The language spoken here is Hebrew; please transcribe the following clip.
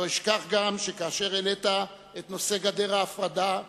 לא אשכח גם שכאשר העלית את נושא גדר ההפרדה,